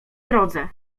drodze